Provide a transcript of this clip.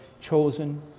chosen